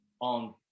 on